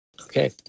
Okay